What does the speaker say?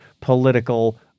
political